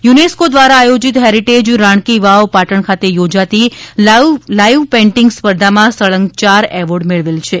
UNESCO દ્વારા આયોજિત heritage રાણકી વાવપાટણ ખાતે યોજાતી લાઈવ પેઇન્ટિંગ સ્પર્ધામાં સળંગ યાર એવોર્ડ મેળવેલ છે